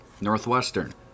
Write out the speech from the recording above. Northwestern